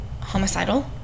homicidal